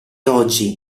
oggi